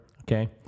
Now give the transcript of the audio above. Okay